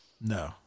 No